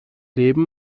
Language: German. leben